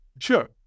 Sure